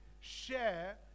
share